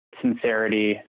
sincerity